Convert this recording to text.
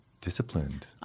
disciplined